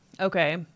Okay